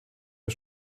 der